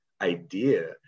idea